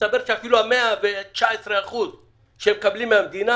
מסתבר שאפילו ה-119% שמקבלים מהמדינה